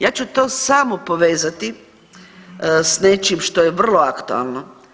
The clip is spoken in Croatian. Ja ću to samo povezati sa nečim što je vrlo aktualno.